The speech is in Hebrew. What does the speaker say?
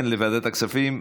כן, לוועדת הכספים?